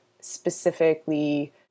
specifically